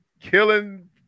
killing